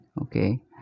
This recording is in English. Okay